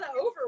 over